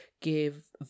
give